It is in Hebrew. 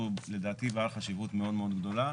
שהוא לדעתי בעל חשיבות מאוד מאוד גדולה,